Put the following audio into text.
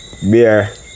Beer